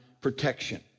protection